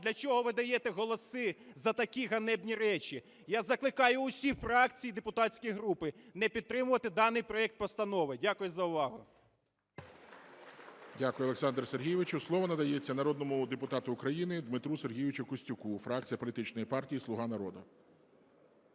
Для чого ви даєте голоси за такі ганебні речі? Я закликаю усі фракції і депутатські групи не підтримувати даний проект постанови. Дякую за увагу.